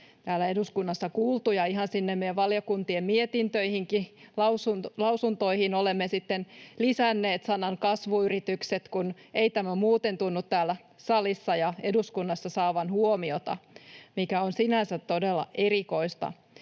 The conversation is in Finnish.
täällä eduskunnassa kuultu — ja ihan sinne meidän valiokuntien mietintöihinkin ja lausuntoihin olemme lisänneet sanan ”kasvuyritykset”, kun ei tämä muuten tunnu täällä salissa ja eduskunnassa saavan huomiota, mikä on sinänsä todella erikoista.